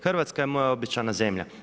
Hrvatska je moja obećana zemlja.